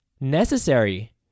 necessary